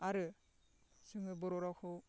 आरो जोङो बर' रावखौ